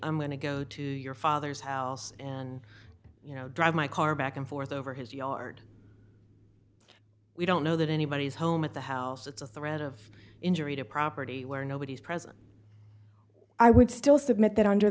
i'm going to go to your father's house and you know drive my car back and forth over his yard we don't know that anybody is home at the house it's a threat of injury to property where nobody is present i would still submit that under